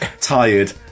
tired